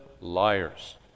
liars